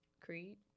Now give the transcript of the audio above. Creed